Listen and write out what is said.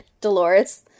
Dolores